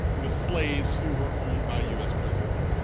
the slaves who were owned by us presidents.